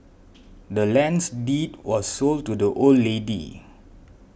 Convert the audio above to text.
the land's deed was sold to the old lady